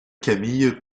camille